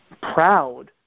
proud